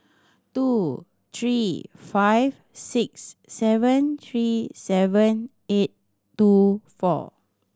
two three five six seven three seven eight two four